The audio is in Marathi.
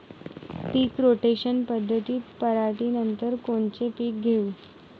पीक रोटेशन पद्धतीत पराटीनंतर कोनचे पीक घेऊ?